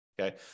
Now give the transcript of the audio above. okay